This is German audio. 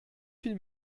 viel